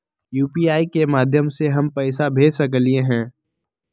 UPI के माध्यम से हम पैसा भेज सकलियै ह?